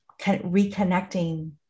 reconnecting